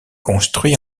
construit